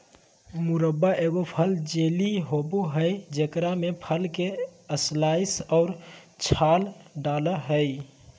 मुरब्बा एगो फल जेली होबय हइ जेकरा में फल के स्लाइस और छाल डालय हइ